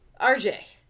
rj